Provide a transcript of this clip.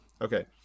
okay